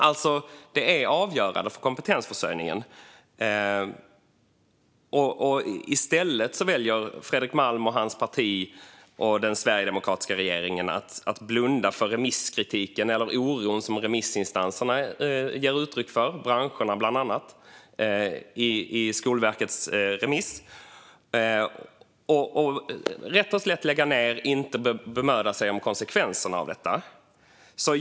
Detta är avgörande för kompetensförsörjningen. I stället väljer Fredrik Malm och hans parti och den sverigedemokratiska regeringen att blunda för den oro som remissinstanserna ger uttryck för, branscherna bland annat, i remissen av Skolverkets förslag. Man lägger ned rätt och slätt, utan att ta hänsyn till konsekvenserna.